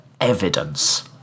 evidence